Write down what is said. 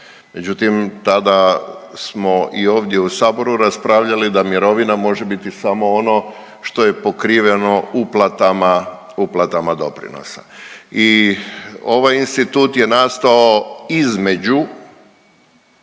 Međutim, tada smo i ovdje u Saboru raspravljali da mirovina može biti samo ono što je pokriveno uplatama doprinosa. I ovaj institut je nastao između